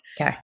Okay